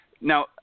now